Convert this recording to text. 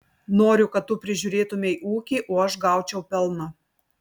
noriu kad tu prižiūrėtumei ūkį o aš gaučiau pelną